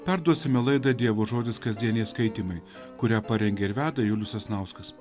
perduosime laidą dievo žodis kasdieniai skaitymai kurią parengė ir veda julius sasnauskas